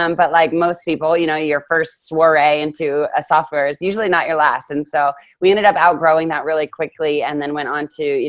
um but like most people, you know your first soiree into a software is usually not your last. and so we ended up outgrowing that really quickly and then went on to, you